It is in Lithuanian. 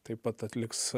taip pat atliks